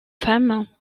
femme